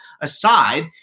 aside